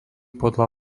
podľa